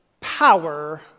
power